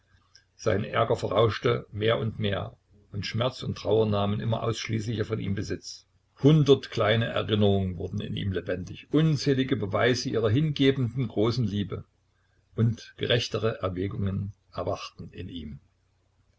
sein ärger verrauschte mehr und mehr und schmerz und trauer nahmen immer ausschließlicher von ihm besitz hundert kleine erinnerungen wurden in ihm lebendig unzählige beweise ihrer hingebenden großen liebe und gerechtere erwägungen erwachten in ihm